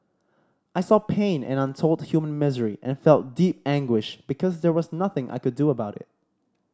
I saw pain and untold human misery and felt deep anguish because there was nothing I could do about it